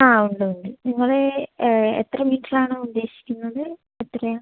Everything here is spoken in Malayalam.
ആ ഉണ്ട് ഉണ്ട് നിങ്ങള് എത്ര മീറ്റർ ആണ് ഉദ്ദേശിക്കുന്നത് എത്രയാണ്